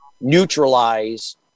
neutralize